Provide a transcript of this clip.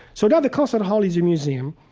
so now the concert hall is a museum,